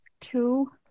two